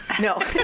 No